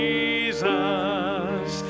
Jesus